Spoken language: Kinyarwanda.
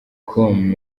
com